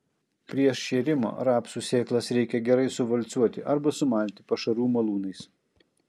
prieš šėrimą rapsų sėklas reikia gerai suvalcuoti arba sumalti pašarų malūnais